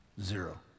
zero